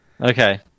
Okay